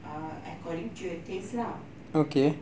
err according to your taste lah